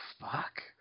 fuck